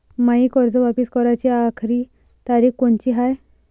मायी कर्ज वापिस कराची आखरी तारीख कोनची हाय?